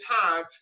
time